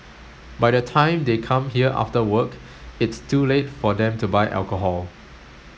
by the time they come here after work it's too late for them to buy alcohol